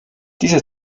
diese